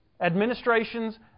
administrations